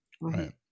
right